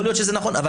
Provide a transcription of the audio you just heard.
יכול להיות שזה נכון,